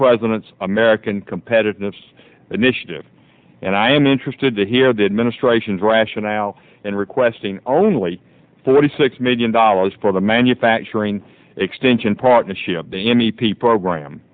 president's american competitiveness initiative and i am interested to hear the administration's rationale and requesting only thirty six million dollars for the manufacturing extension partnership